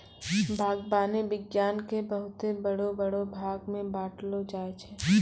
बागवानी विज्ञान के बहुते बड़ो बड़ो भागमे बांटलो जाय छै